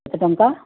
କେତେ ଟଙ୍କା